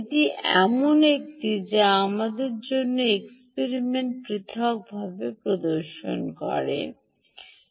এটি এমন একটি যা আমরা অন্য এক্সপিআরমেন্টে পৃথকভাবে প্রদর্শন করতে পারি